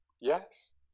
Yes